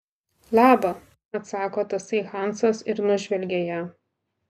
laba atsako tasai hansas ir nužvelgia ją